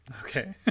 okay